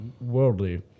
worldly